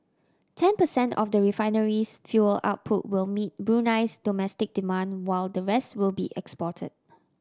ten percent of the refinery's fuel output will meet Brunei's domestic demand while the vest will be exported